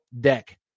Deck